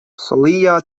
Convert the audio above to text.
celia